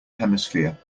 hemisphere